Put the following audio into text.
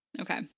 okay